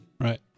Right